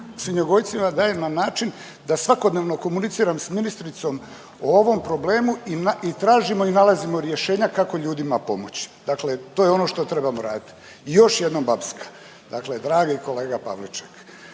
svinjogojcima dajem na način da svakodnevnom komuniciram sa ministricom o ovom problemu i tražimo i nalazimo rješenja kako ljudima pomoći. Dakle, to je ono što trebamo raditi. I još jednom Bapska. Dakle, dragi kolega Pavliček